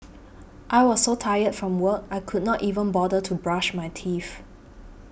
I was so tired from work I could not even bother to brush my teeth